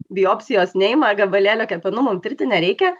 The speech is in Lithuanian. biopsijos neima gabalėlio kepenų mum tirti nereikia